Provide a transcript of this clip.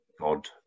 god